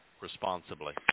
responsibly